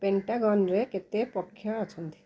ପେଣ୍ଟାଗନ୍ରେ କେତେ ପକ୍ଷ ଅଛନ୍ତି